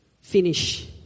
Finish